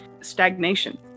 stagnation